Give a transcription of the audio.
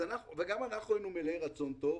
גם אנחנו היינו מלאי רצון טוב.